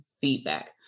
feedback